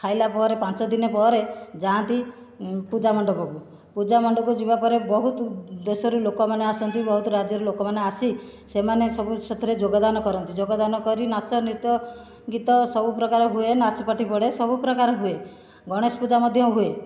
ଖାଇଲାପରେ ପାଞ୍ଚଦିନ ପରେ ଯାଆନ୍ତି ପୂଜା ମଣ୍ଡପକୁ ପୂଜାମଣ୍ଡପକୁ ଯିବାପରେ ବହୁତ ଦେଶରୁ ଲୋକମାନେ ଆସନ୍ତି ବହୁତ ରାଜ୍ୟର ଲୋକମାନେ ଆସି ସେମାନେ ସବୁ ସେଥିରେ ଯୋଗଦାନ କରନ୍ତି ଯୋଗଦାନ କରି ନାଚ ନୃତ୍ୟ ଗୀତ ସବୁପ୍ରକାର ହୁଏ ନାଚପାର୍ଟି ପଡ଼େ ସବୁପ୍ରକାର ହୁଏ ଗଣେଶପୂଜା ମଧ୍ୟ ହୁଏ